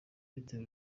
bitera